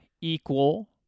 equal